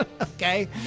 Okay